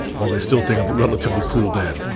while they still think i'm a relatively cool dad.